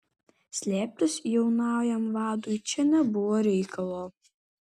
slėptis jaunajam vadui čia nebuvo reikalo